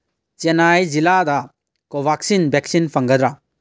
ꯆꯦꯅꯥꯏ ꯖꯤꯂꯥꯗ Covaxin vaccine ꯐꯪꯒꯗ꯭ꯔꯥ